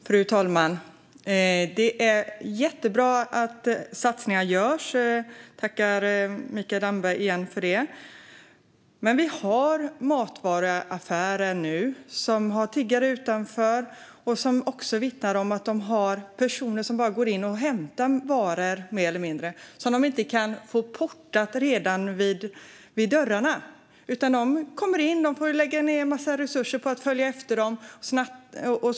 Fru talman! Det är jättebra att satsningar görs - jag tackar än en gång Mikael Damberg för detta. Men vi har matvaruaffärer som har tiggare utanför och som vittnar om personer som mer eller mindre bara går in och hämtar varor. Dessa personer kan affärerna inte få portade redan vid dörrarna. I stället kommer de in, och affärerna får lägga ned en massa resurser på att följa efter personerna.